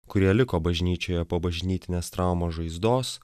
kurie liko bažnyčioje po bažnytinės traumos žaizdos